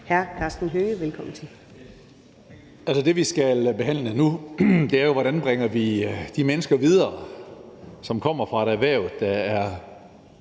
Karsten Hønge (SF): Altså, det, vi skal behandle nu, er jo, hvordan vi bringer de mennesker videre, som kommer fra et erhverv, der de